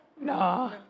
No